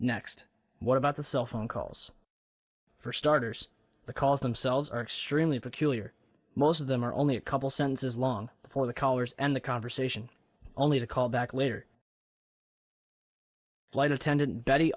next what about the cellphone calls for starters the calls themselves are extremely peculiar most of them are only a couple senses long before the callers and the conversation only to call back later flight attendant betty